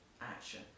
action